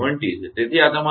તેથી આ તમારો 6